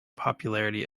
popularity